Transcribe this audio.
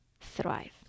thrive